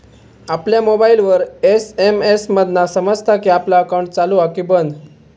आपल्या मोबाईलवर एस.एम.एस मधना समजता कि आपला अकाउंट चालू हा कि बंद